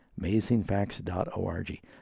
Amazingfacts.org